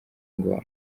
ngo